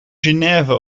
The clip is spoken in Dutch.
genève